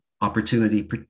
opportunity